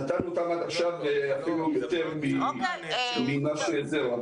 נתנו אותם עד עכשיו ואפילו יותר ממה שזהו.